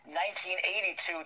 1982